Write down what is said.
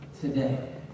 today